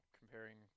comparing